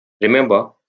Remember